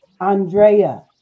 Andrea